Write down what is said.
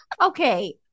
Okay